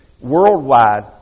worldwide